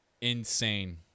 insane